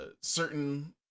certain